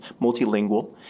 multilingual